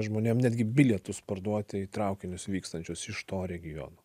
žmonėm netgi bilietus parduoti į traukinius vykstančius iš to regiono